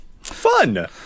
Fun